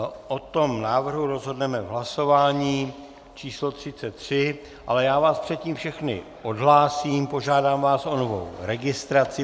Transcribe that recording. O tom návrhu rozhodneme v hlasování číslo třicet tři, ale já vás předtím všechny odhlásím a požádám vás o novou registraci.